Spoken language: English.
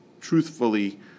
truthfully